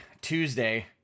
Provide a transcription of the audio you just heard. Tuesday